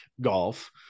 golf